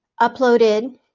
uploaded